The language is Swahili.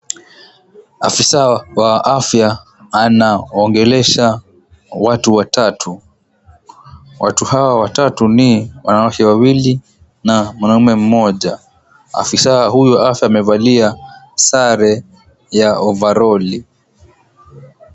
Afisa wa afya anaongelesha watu watatu. Watu hawa watatu ni wanawake wawili na mwanamume mmoja. Afisa huyu wa afya amevalia sare ya ovaroli.